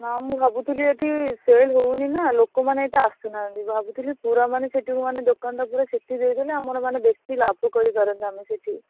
ହଁ ମୁଁ ଭାବୁଥିଲି ଏଠି ସେଲ୍ ହଉନି ନା ଲୋକ ମାନେ ଏତେ ଆସୁନାହାନ୍ତି ଭାବୁଥିଲି ପୂରା ମାନେ ସେଠିକୁ ମାନେ ଦୋକାନଟା ପୁରା ସେଠି ଦେଇଦେଲେ ଆମର ମାନେ ବେଶୀ ଲାଭ କରିପାରନ୍ତେ ଆମେ ସେଠି